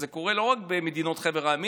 זה קורה לא רק בחבר המדינות,